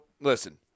listen